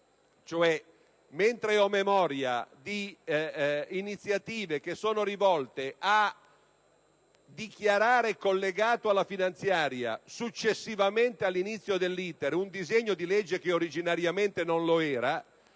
Mentre ho memoria di iniziative rivolte a dichiarare collegato alla finanziaria, successivamente all'inizio dell'*iter*, un disegno di legge che originariamente non lo era,